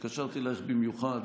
כשהתקשרתי אלייך במיוחד